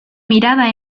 mirada